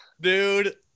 Dude